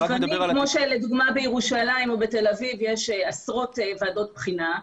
לדוגמה בירושלים או בתל אביב יש עשרות ועדות בחינה,